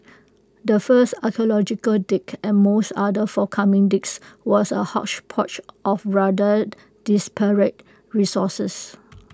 the first archaeological dig and most other forthcoming digs was A hodgepodge of rather disparate resources